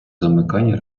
замикання